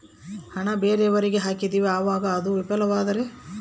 ಹಣ ಬೇರೆಯವರಿಗೆ ಹಾಕಿದಿವಿ ಅವಾಗ ಅದು ವಿಫಲವಾದರೆ?